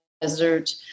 desert